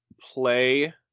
play